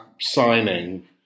signing